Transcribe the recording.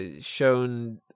shown